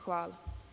Hvala.